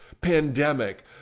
pandemic